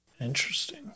Interesting